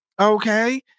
Okay